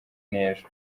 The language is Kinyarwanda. n’ejo